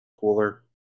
cooler